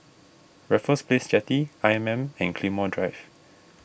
Raffles Place Jetty I M M and Claymore Drive